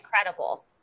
incredible